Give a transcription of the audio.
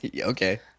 Okay